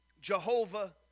Jehovah